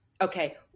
okay